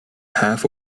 half